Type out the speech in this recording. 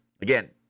Again